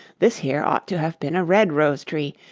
this here ought to have been a red rose-tree,